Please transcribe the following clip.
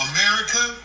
America